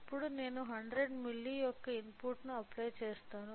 ఇప్పుడు నేను 100 మిల్లీ యొక్క ఇన్పుట్ను అప్లై చేస్తాను